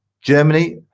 Germany